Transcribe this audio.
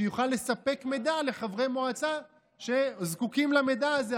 שיוכל לספק מידע לחברי מועצה שזקוקים למידע הזה.